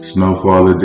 Snowfall